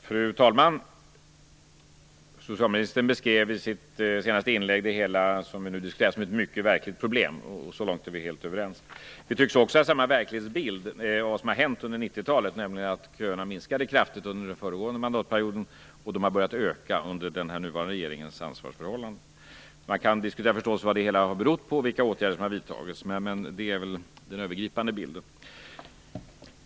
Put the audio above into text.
Fru talman! Socialministern beskrev i sitt senaste inlägg det som vi nu diskuterar som ett mycket verkligt problem. Så långt är vi helt överens. Vi tycks också ha samma verklighetsbild när det gäller vad som har hänt under 90-talet. Köerna minskade kraftigt under den föregående mandatperioden, och de har börjat öka under den nuvarande regeringens ansvarsförhållande. Man kan förstås diskutera vad det hela har berott på och vilka åtgärder som har vidtagits, men sådan är den övergripande bilden.